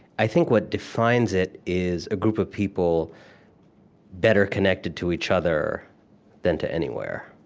i think what defines it is a group of people better connected to each other than to anywhere.